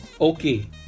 Okay